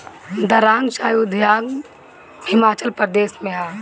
दारांग चाय उद्यान हिमाचल प्रदेश में हअ